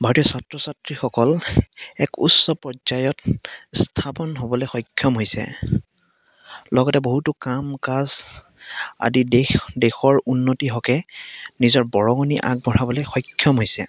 ভাৰতীয় ছাত্ৰ ছাত্ৰীসকল এক উচ্চ পৰ্য্যায়ত স্থাপন হ'বলৈ সক্ষম হৈছে লগতে বহুতো কাম কাজ আদি দেশ দেশৰ উন্নতিৰ হকে নিজৰ বৰঙণি আগবঢ়াবলৈ সক্ষম হৈছে